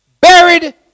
Buried